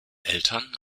eltern